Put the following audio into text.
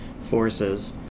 forces